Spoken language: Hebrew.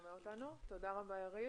תודה רבה, יריב.